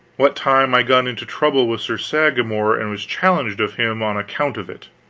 what time i got into trouble with sir sagramor and was challenged of him on account of it.